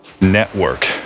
network